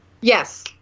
yes